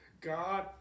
God